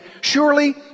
Surely